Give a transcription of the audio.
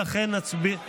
אני מורידה